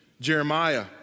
Jeremiah